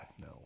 No